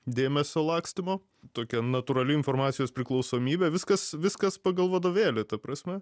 dėmesio lakstymo tokia natūrali informacijos priklausomybė viskas viskas pagal vadovėlį ta prasme